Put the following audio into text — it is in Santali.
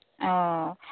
ᱳ